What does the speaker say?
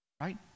right